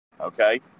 okay